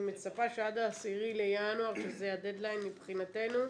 אני מצפה שעד ה-10 בינואר שזה הדדליין מבחינתנו,